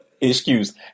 excuse